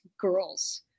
girls